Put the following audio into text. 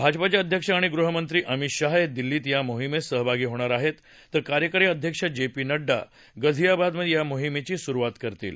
भाजपाचे अध्यक्ष आणि गृहमंत्री अमित शहा हे दिल्लीत या मोहिमत सहभागी होणार आहेत तर कार्यकारी अध्यक्ष जे पी नङ्डा गाझियाबादमधे या मोहिमेची सुरुवात करतील